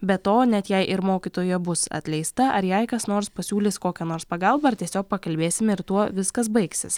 be to net jei ir mokytoja bus atleista ar jai kas nors pasiūlys kokią nors pagalbą ar tiesiog pakalbėsim ir tuo viskas baigsis